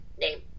name